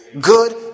Good